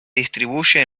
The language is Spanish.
distribuye